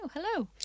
Hello